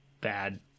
bad